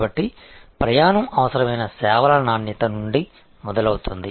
కాబట్టి ప్రయాణం అవసరమైన సేవల నాణ్యత నుండి మొదలవుతుంది